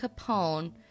Capone